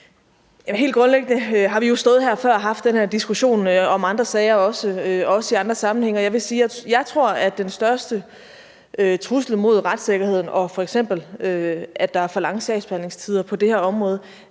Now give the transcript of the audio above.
Helt grundlæggende har vi jo stået her før og haft den her diskussion om andre sager og også i andre sammenhænge, og jeg vil sige, at jeg tror, at den største trussel mod retssikkerheden, og at der f.eks. er for lange sagsbehandlingstider på det her område,